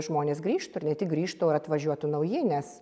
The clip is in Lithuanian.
žmonės grįžtų ir ne tik grįžtų o ir atvažiuotų nauji nes